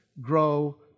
grow